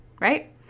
right